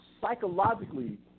psychologically